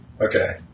Okay